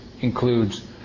includes